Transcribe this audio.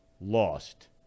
lost